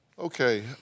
Okay